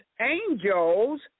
angels